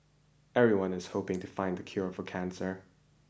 everyone is hoping to find the cure for cancer